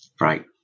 Right